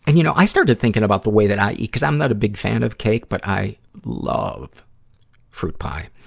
and you know, i started thinking about the way that i eat, cuz i'm not a big fan of cake. but i love fruit pie.